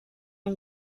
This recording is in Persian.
اون